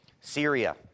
Syria